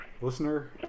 Listener